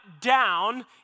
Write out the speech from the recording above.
down